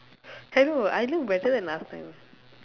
I don't know I look better than last time